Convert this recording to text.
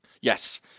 Yes